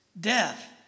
death